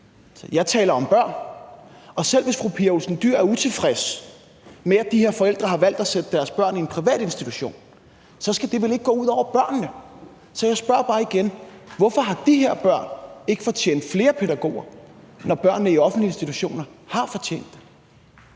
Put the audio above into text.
Jeg taler om børn. Og selv hvis fru Pia Olsen Dyhr er utilfreds med, at de her forældre har valgt at sætte deres børn i en privat institution, så skal det vel ikke gå ud over børnene. Så jeg spørger bare igen: Hvorfor har de her børn ikke fortjent flere pædagoger, når børnene i offentlige institutioner har fortjent det?